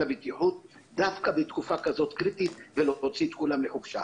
הבטיחות דווקא בתקופה כזאת קריטית ולהוציא את כולם לחופשה.